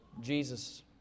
Jesus